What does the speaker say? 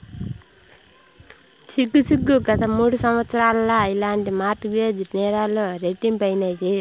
సిగ్గు సిగ్గు, గత మూడు సంవత్సరాల్ల ఇలాంటి మార్ట్ గేజ్ నేరాలు రెట్టింపైనాయి